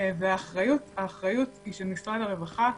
האחריות היא של משרד הרווחה,